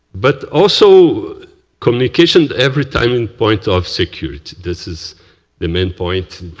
but also communication every time and point of security. this is the main point